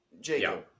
Jacob